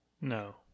no